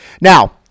Now